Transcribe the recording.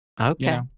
Okay